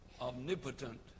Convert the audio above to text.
omnipotent